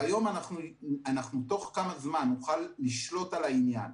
והיום אנחנו תוך כמה זמן נוכל לשלוט על העניין.